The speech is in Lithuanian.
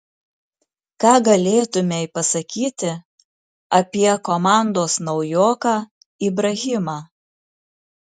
ką galėtumei pasakyti apie komandos naujoką ibrahimą